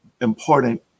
important